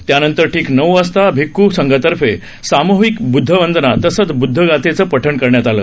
यानंतर ठीक नऊ वाजता भिक्ख् संघातर्फे सामूहिक ब्दधवंदना तसंच ब्द्धगाथेचं पठण करण्यात आलं